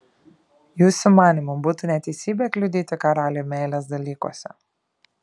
jūsų manymu būtų neteisybė kliudyti karaliui meilės dalykuose